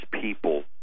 people